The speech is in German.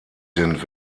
sind